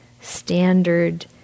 standard